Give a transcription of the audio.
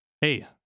hey